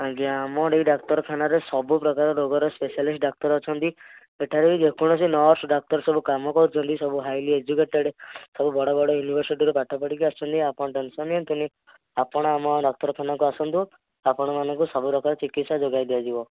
ଆଜ୍ଞା ମୋର ଏଇ ଡାକ୍ତରଖାନାରେ ସବୁପ୍ରକାର ରୋଗର ସ୍ପେସିଆଲିଷ୍ଟ ଡାକ୍ତର ଅଛନ୍ତି ଏଠାରେ ଯେକୌଣସି ନର୍ସ ଡାକ୍ତର ସବୁ କାମ କରୁଛନ୍ତି ସବୁ ହାଇଲି ଏଜୁକେଟେଡ଼ ସବୁ ବଡ଼ ବଡ଼ ୟୁନିଭର୍ସିଟିରୁ ପାଠପଢ଼ିକି ଆସିଛନ୍ତି ଆପଣ ଟେନସନ୍ ନିଅନ୍ତୁନି ଆପଣ ଆମ ଡାକ୍ତରଖାନାକୁ ଆସନ୍ତୁ ଆପଣମାନଙ୍କୁ ସବୁପ୍ରକାର ଚିକିତ୍ସା ଯୋଗାଇ ଦିଆଯିବ